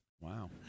Wow